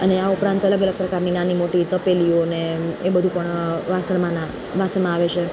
અને આ ઉપરાંત અલગ અલગ પ્રકારની નાની મોટી તપેલીઓને એ બધું પણ વાસણમાં વાસણમાં આવે છે